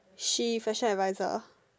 she fashion adviser